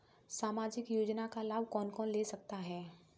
सामाजिक योजना का लाभ कौन कौन ले सकता है?